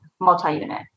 multi-unit